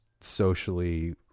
socially